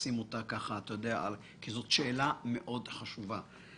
כי זאת שאלה מאוד חשובה.